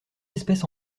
espèces